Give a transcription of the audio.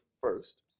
first